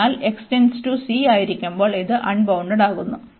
അതിനാൽ x → c ആയിരിക്കുമ്പോൾ ഇത് അൺബൌണ്ടഡ്ഡാകുന്നു